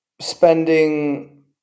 spending